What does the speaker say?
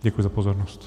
Děkuji za pozornost.